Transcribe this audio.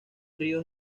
ríos